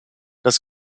das